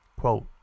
Quote